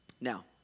Now